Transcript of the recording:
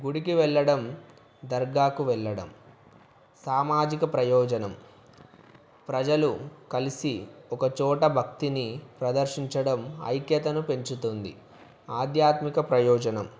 గుడికి వెళ్ళడం దర్గాకు వెళ్ళడం సామాజిక ప్రయోజనం ప్రజలు కలిసి ఒక చోట భక్తిని ప్రదర్శించడం ఐక్యతను పెంచుతుంది ఆధ్యాత్మిక ప్రయోజనం